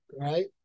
right